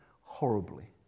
horribly